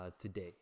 today